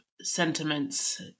sentiments